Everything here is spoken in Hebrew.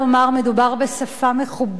מדובר בשפה מכובסת.